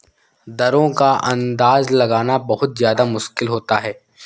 दरों का अंदाजा लगाना बहुत ज्यादा मुश्किल होता है